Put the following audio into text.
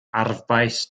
arfbais